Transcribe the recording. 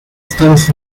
estados